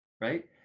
right